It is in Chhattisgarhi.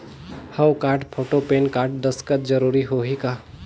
हव कारड, फोटो, पेन कारड, दस्खत जरूरी होही का?